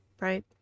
right